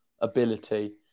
ability